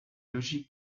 logique